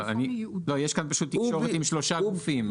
יש כאן תקשורת עם שלושה גופים.